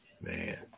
Man